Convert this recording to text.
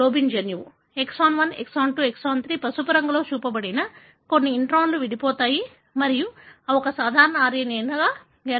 exon 1 exon 2 exon 3 పసుపు రంగులో చూపబడిన అన్ని ఇంట్రాన్లు విడిపోతాయి మరియు అవి కలిసి ఒక సాధారణ RNA ఏర్పడతాయి